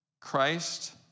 Christ